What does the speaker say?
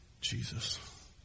Jesus